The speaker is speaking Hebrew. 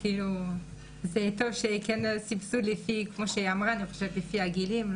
טוב שיהיה סבסוד, לפי שהיא אמרה לפי גילאים.